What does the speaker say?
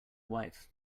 wife